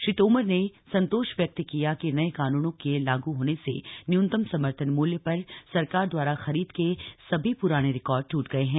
श्री तोमर ने संतोष व्यक्त किया कि नए कानूनों के लागू होने से न्यूनतम समर्थन मूल्य पर सरकार द्वारा खरीद के सभी प्राने रिकॉर्ड ट्रट गए हैं